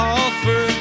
offer